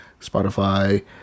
Spotify